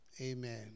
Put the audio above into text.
Amen